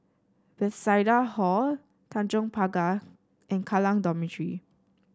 Bethesda Hall Tanjong Pagar and Kallang Dormitory